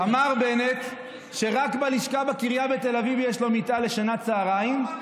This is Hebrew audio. אמר בנט שרק בלשכה בקריה בתל אביב יש לו מיטה לשינה בצוהריים.